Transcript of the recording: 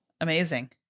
amazing